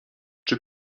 czy